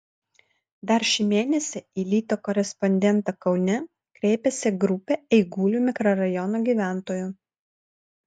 dar šį mėnesį į lito korespondentą kaune kreipėsi grupė eigulių mikrorajono gyventojų